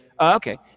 Okay